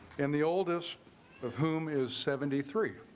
and the oldest of whom is seventy three